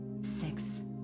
six